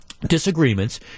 disagreements